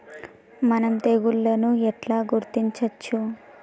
మనం తెగుళ్లను ఎట్లా గుర్తించచ్చు?